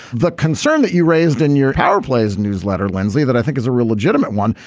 the concern that you raised in your power plays newsletter, lindsay, that i think is a real legitimate one,